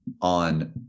on